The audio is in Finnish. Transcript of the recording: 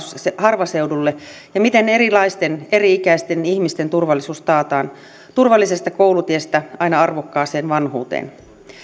harvaseudulle ja miten erilaisten eri ikäisten ihmisten turvallisuus taataan turvallisesta koulutiestä aina arvokkaaseen vanhuuteen